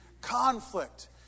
conflict